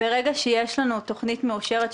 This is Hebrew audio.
ברגע שיש לנו תוכנית מאושרת,